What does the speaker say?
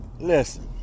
Listen